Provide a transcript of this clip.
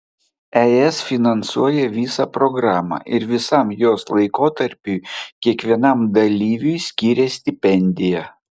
es finansuoja visą programą ir visam jos laikotarpiui kiekvienam dalyviui skiria stipendiją